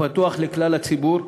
הפתוח לכלל הציבור,